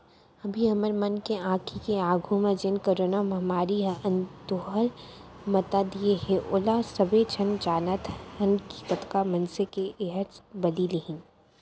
अभी हमर मन के आंखी के आघू म जेन करोना महामारी ह अंदोहल मता दिये हे ओला सबे झन जानत हन कि कतका मनसे के एहर बली लेही